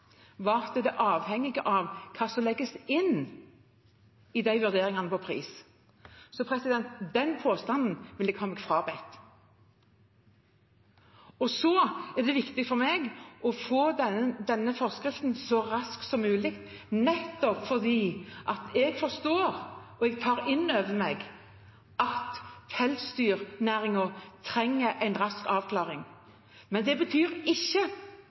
det er avhengig av hva som legges inn i vurderingene av pris. Så den påstanden vil jeg ha meg frabedt. Det er viktig for meg å få denne forskriften ut så raskt som mulig nettopp fordi jeg forstår og tar innover meg at pelsdyrnæringen trenger en rask avklaring. Men det betyr ikke